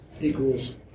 Equals